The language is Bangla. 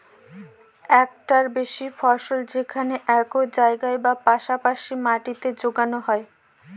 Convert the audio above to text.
একটার বেশি ফসল যেখানে একই জায়গায় বা পাশা পাশি মাটিতে যোগানো হয়